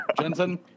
Jensen